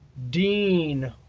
dean,